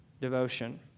Devotion